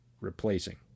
replacing